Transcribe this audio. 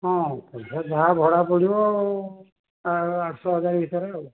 ହଁ ପଇସା ଯାହା ଭଡ଼ା ପଡ଼ିବ ତା'ର ଆଠଶହ ହଜାରେ ଭିତରେ ଆଉ